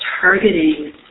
targeting